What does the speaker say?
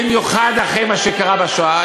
במיוחד אחרי מה שקרה בשואה.